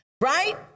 Right